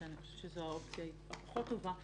שאני חושבת שזו האופציה הפחות טובה,